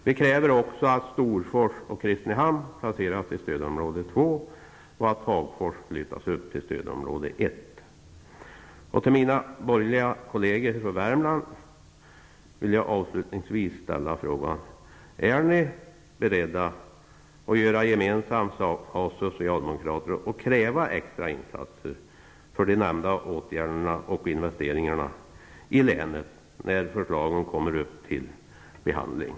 Vi kräver också att Storfors och Kristinehamn placeras i stödområde två och att Hagfors flyttas till stödområde ett. Till mina borgerliga kollegor från Värmland vill jag avslutningsvis ställa frågan: Är ni beredda att göra gemensam sak med socialdemokraterna och kräva extra insatser för de nämnda åtgärderna och investeringar i länet när förslaget kommer upp till behandling?